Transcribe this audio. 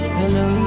hello